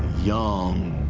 young,